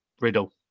Riddle